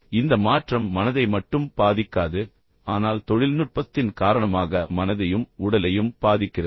எனவே இந்த மாற்றம் மனதை மட்டும் பாதிக்காது ஆனால் தொழில்நுட்பத்தின் காரணமாக மனதையும் உடலையும் பாதிக்கிறது